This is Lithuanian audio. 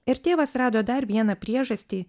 ir tėvas rado dar vieną priežastį